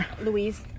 Louise